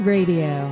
Radio